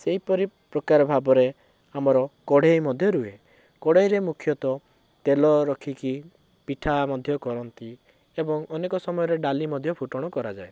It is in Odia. ସେହିପରି ପ୍ରକାର ଭାବରେ ଆମର କଢ଼େଇ ମଧ୍ୟ ରୁହେ କଢ଼େଇରେ ମୁଖ୍ୟତଃ ତେଲ ରଖିକି ପିଠା ମଧ୍ୟ କରନ୍ତି ଏବଂ ଅନେକ ସମୟରେ ଡାଲି ମଧ୍ୟ ଫୁଟଣ କରାଯାଏ